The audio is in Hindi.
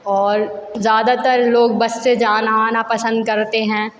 और ज़्यादातर लोग बस से जाना आना पसंद करते हैं